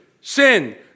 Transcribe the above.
sin